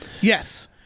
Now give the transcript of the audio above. Yes